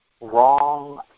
Wrong